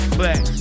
flex